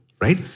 right